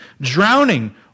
Drowning